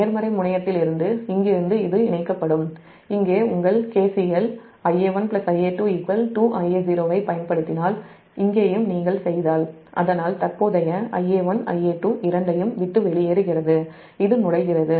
நேர்மறை முனையத்திலிருந்து இங்கிருந்து அது இணைக்கப்படும் இங்கே உங்கள் KCL Ia1 Ia2 2Ia0 ஐப் பயன்படுத்தினால் தற்போதைய Ia1 Ia2 இரண்டையும் விட்டு வெளியேறுகிறது இது நுழைகிறது